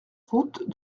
route